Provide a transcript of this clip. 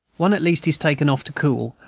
one at least is taken off to cool,